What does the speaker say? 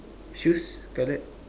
shoes colored